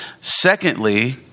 Secondly